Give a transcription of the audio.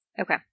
Okay